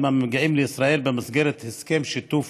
המגיעים לישראל במסגרת הסכם שיתוף